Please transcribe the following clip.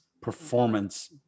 performance